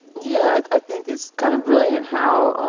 yeah. i think it's kind of brilliant how